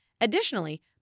Additionally